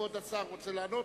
כבוד השר רוצה לענות?